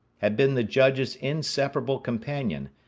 had been the judge's inseparable companion,